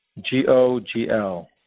G-O-G-L